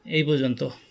এই পর্যন্ত